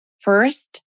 first